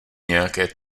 nějaké